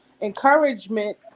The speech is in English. encouragement